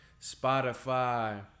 Spotify